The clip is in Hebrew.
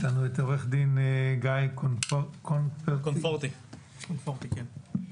עו"ד גיא קונפורטי, בבקשה.